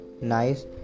nice